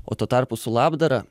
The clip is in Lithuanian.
o tuo tarpu su labdara